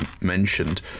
mentioned